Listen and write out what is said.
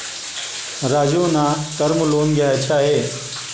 राजीवना term loan घ्यायचे आहे